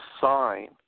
sign